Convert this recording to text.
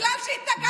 תראה מה כתוב שם.